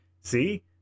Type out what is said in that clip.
see